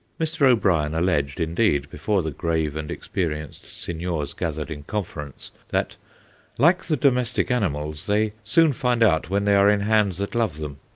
mr. o'brien alleged, indeed, before the grave and experienced signors gathered in conference, that like the domestic animals, they soon find out when they are in hands that love them.